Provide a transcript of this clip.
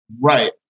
Right